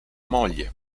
moglie